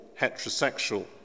heterosexual